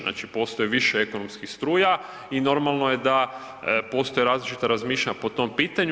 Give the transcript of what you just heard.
Znači postoji više ekonomskih struja i normalno je da postoje različita razmišljanja po tom pitanju.